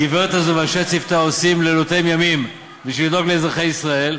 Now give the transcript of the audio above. הגברת הזו ואנשי צוותה עושים לילותיהם ימים בשביל לדאוג לאזרחי ישראל.